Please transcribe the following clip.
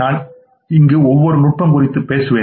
நான் இங்கு ஒவ்வொரு நுட்பம் குறித்தும் பேசுவேன்